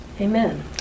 Amen